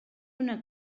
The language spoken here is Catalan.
una